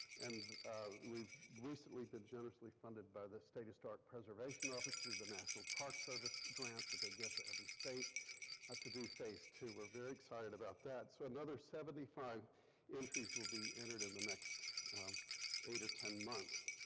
and we recently been generously funded by the state historic preservation office through the national park service grant that they give to every state ah to do phase ii. we're very excited about that so another seventy five entries will be entered in the next eight or ten months.